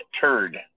turd